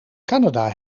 canada